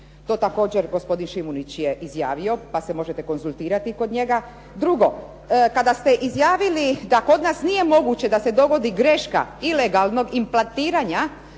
To također gospodin Šimunić je izjavio, pa se možete konzultirati kod njega. Drugo, kada ste izjavili da kod nas nije moguće da se dogodi greška ilegalnog implantiranja